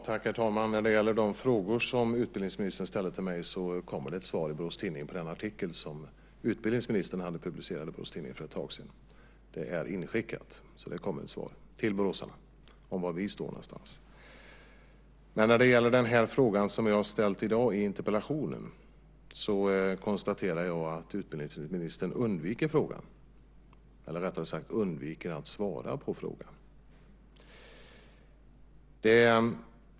Herr talman! När det gäller de frågor som utbildningsministern ställer till mig kommer det ett svar i Borås Tidning på den artikel som utbildningsministern hade publicerad i Borås Tidning för ett tag sedan. Det är inskickat, så det kommer ett svar till boråsarna om var vi står. När det gäller den fråga som jag har ställt i interpellationen konstaterar jag att utbildningsministern undviker att svara på frågan.